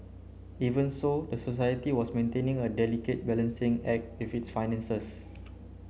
even so the society was maintaining a delicate balancing act with its finances